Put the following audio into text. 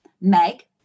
Meg